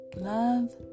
Love